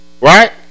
Right